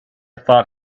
thought